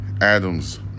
Adams